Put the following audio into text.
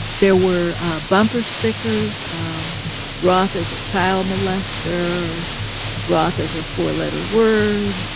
there were ah bumper stickers roth is a child molester roth is a four-letter word.